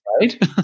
Right